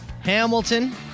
Hamilton